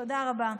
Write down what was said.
תודה רבה.